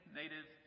native